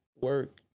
work